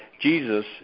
Jesus